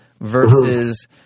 versus